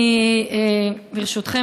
ברשותכם,